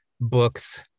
books